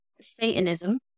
Satanism